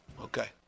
Okay